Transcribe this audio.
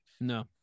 No